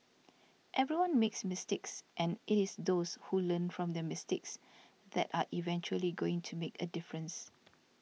everyone makes mistakes and it is those who learn from their mistakes that are eventually going to make a difference